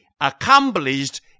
accomplished